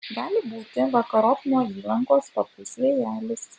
gali būti vakarop nuo įlankos papūs vėjelis